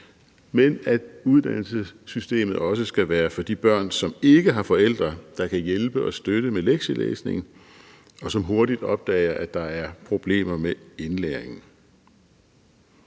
men at uddannelsessystemet også skal være for de børn, som ikke har forældre, der kan hjælpe og støtte med lektielæsning, og som hurtigt opdager, at der er problemer med indlæringen.